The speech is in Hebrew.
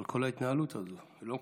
על כל ההתנהלות הזו, שאינה מקובלת.